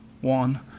one